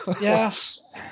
Yes